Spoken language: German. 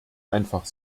einfach